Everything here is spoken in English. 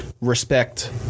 respect